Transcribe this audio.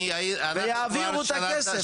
ויעבירו את הכסף.